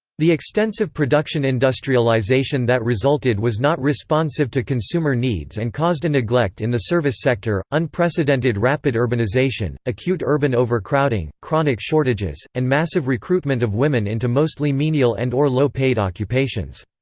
the extensive production industrialization that resulted was not responsive to consumer needs and caused a neglect in the service sector, unprecedented rapid urbanization, acute urban overcrowding, chronic shortages, and massive recruitment recruitment of women into mostly menial and or low-paid occupations.